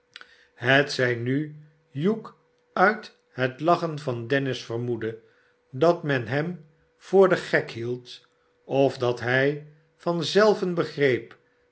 hetzij nu hugh uit het lachen van dennis vermoedde dat men hem voor den gek hield of dat hij van zelven begreep